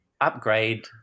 upgrade